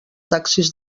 taxis